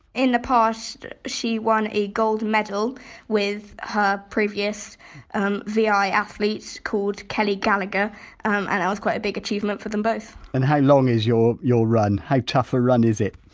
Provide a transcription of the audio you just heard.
in the past, she won a gold medal with her previous um vi athlete called kelly gallagher and that was quite a big achievement for them both! and how long is you're your run? how tough a run is it?